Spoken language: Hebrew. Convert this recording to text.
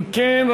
אם כן,